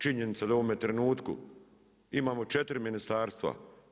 Činjenica da u ovom trenutku imamo 4 ministarstva.